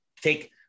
Take